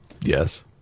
Yes